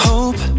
Hope